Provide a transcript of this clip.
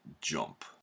jump